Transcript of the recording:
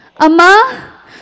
Amma